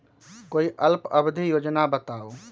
कोई अल्प अवधि योजना बताऊ?